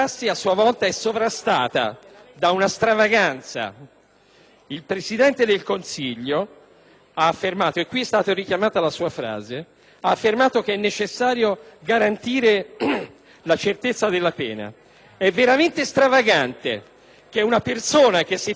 Il Presidente del Consiglio ha affermato - è stata qui richiamata la sua frase - che è necessario garantire la certezza della pena. È veramente stravagante che una persona che si è fatta salvare dai suoi processi modificando le leggi